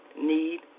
need